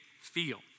feel